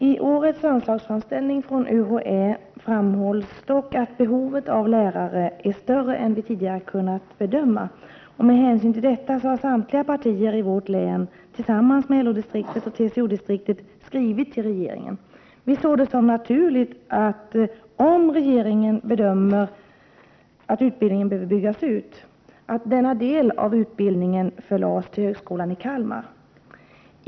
I årets anslagsframställning från UHÄ framhålls dock att behovet av lärare är större än man tidigare har kunnat bedöma. Med hänsyn till detta har samtliga partier i vårt län, tillsammans med både LO-distriktet och TCO-distriktet — skrivit till regeringen. Om regeringen bedömer att utbildningen behöver byggas ut, anser vi det vara naturligt att denna del av utbildningen förläggs till högskolan i Kalmar.